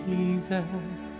Jesus